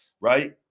right